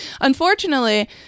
unfortunately